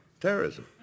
terrorism